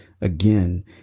again